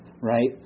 right